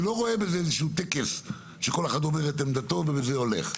אני לא רואה בזה איזשהו טקס שכל אחד אומר את עמדתו ובזה הולך,